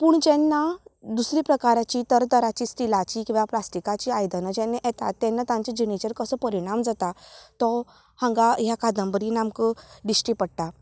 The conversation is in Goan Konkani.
पूण जेन्ना दुसऱ्या प्रकारांची तरांतरांची स्टिलांची किंवां प्लास्टिकांची आयदनां जेन्ना येतात तेन्ना तांचे जिणेचेर कसो परिणाम जाता तो हांगा ह्या कादंबरेंत आमकां दिश्टी पडटा